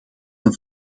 een